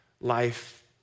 life